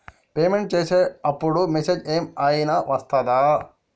Payment చేసే అప్పుడు message ఏం ఐనా వస్తదా?